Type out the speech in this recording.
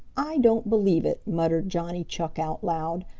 i don't believe it, muttered johnny chuck out loud.